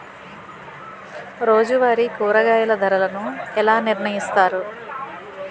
రోజువారి కూరగాయల ధరలను ఎలా నిర్ణయిస్తారు?